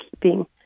keeping